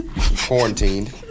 quarantined